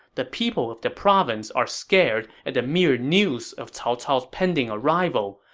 the people of the province are scared at the mere news of cao cao's pending arrival,